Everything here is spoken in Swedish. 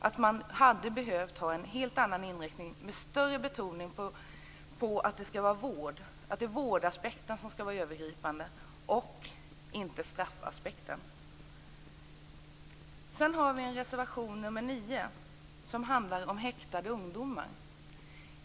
Det hade behövts en helt annan inriktning, med större betoning på att det skall vara vård, att det är vårdaspekten som skall vara övergripande och inte straffaspekten. Vi har också en reservation nr 9, som handlar om häktade ungdomar.